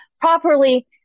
properly